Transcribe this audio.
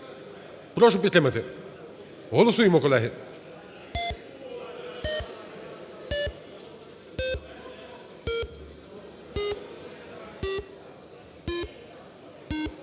Прошу підтримати. Голосуємо, колеги.